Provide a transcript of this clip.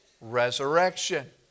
resurrection